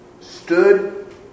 stood